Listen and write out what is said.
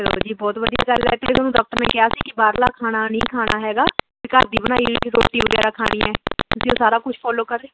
ਚਲੋ ਜੀ ਬਹੁਤ ਵਧੀਆ ਗੱਲ ਲੱਗੀ ਤੁਹਾਨੂੰ ਡਾਕਟਰ ਨੇ ਕਿਹਾ ਸੀ ਕਿ ਬਾਹਰਲਾ ਖਾਣਾ ਨਹੀਂ ਖਾਣਾ ਹੈਗਾ ਵੀ ਘਰ ਦੀ ਬਣਾਈ ਰੋਟੀ ਵਗੈਰਾ ਖਾਣੀ ਹੈ ਤੁਸੀਂ ਉਹ ਸਾਰਾ ਕੁਛ ਫੋਲੋ ਕਰ ਰਹੇ